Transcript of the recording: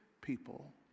people